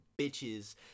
bitches